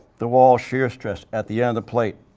the wall shear stress at the end of the plate